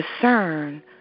discern